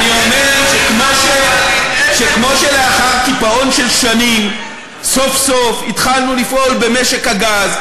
אני אומר שכמו שלאחר קיפאון של שנים סוף-סוף התחלנו לפעול במשק הגז,